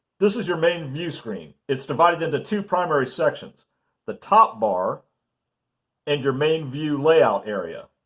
this is your main view screen. it's divided into two primary sections the top bar and your main view layout area.